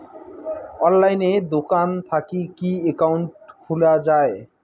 অনলাইনে দোকান থাকি কি একাউন্ট খুলা যায়?